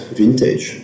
vintage